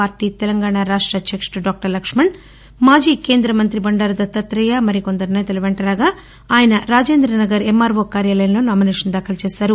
party Telangana రాష్ట్ర అధ్యక్షుడు doctor Laxman మాజీ కేంద మంతి బండారు దత్తాతేయ మరికొందరు నేతలు వెంటరాగా ఆయన రాజేంద్రనగర్ ఎంఆర్ఓ కార్యాలయంలో నామినేషన్ దాఖలు చేసారు